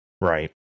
Right